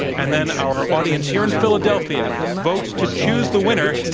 and then our audience here in philadelphia votes to choose the winner,